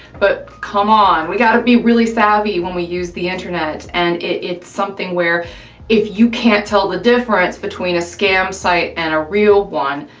but c'mon, we gotta be really savvy when we use the internet and it's something where if you can't tell the difference between a scam site and a real one,